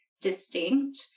distinct